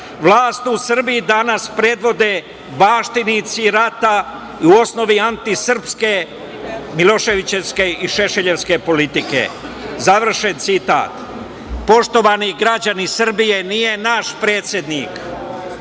"Vlast u Srbiji danas predvode baštinici rata, u osnovi antisrpske miloševićevske i šešeljevske politike".Poštovani građani Srbije, nije naš predsednik